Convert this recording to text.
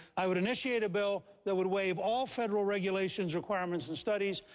i would initiate a bill that would waive all federal regulations, requirement and studies.